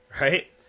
Right